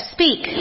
Speak